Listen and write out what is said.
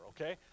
okay